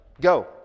Go